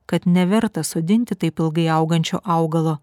kad neverta sodinti taip ilgai augančio augalo